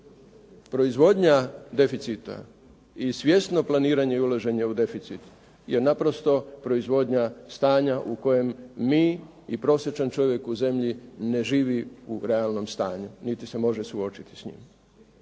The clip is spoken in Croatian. Proizvodnja deficita i svjesno planiranje i ulaženje u deficit je naprosto proizvodnja stanja u kojem mi i prosječan čovjek u zemlji ne živi u realnom stanju niti se može suočiti s njim.